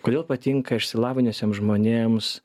kodėl patinka išsilavinusiems žmonėms